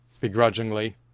begrudgingly